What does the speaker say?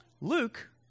Luke